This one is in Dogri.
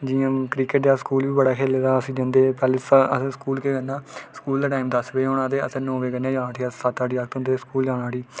जि'यां क्रिकेट ते अस स्कूल बी बड़ा खेल्ले दा अस जंदे हे पैह्ले असें स्कूल केह् करना स्कूल दा टाईम दस्स बजे होना ते असें नौ बज्जे कन्नै गै जाना उठी अस सत्त अट्ठ जागत होंदे स्कूल जाना उठी